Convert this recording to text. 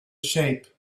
shape